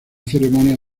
ceremonia